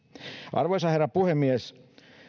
arvoisa herra puhemies